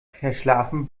verschlafen